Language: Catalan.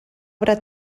obra